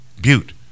Butte